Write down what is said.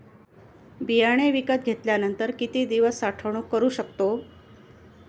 बियाणे विकत घेतल्यानंतर किती दिवस साठवणूक करू शकतो?